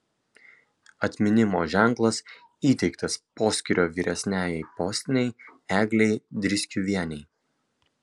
atminimo ženklas įteiktas poskyrio vyresniajai postinei eglei driskiuvienei